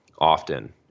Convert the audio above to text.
often